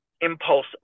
impulse